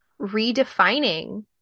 redefining